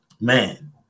man